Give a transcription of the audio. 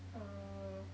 uh